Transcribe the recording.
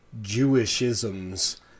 jewishisms